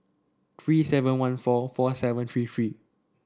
three seven one four four seven three three